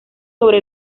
sobre